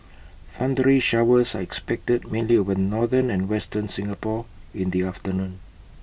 thundery showers are expected mainly over northern and western Singapore in the afternoon